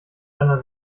einer